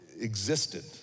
existed